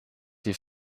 die